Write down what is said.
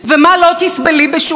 למה לסבך את הכול?